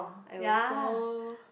I was so